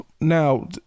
now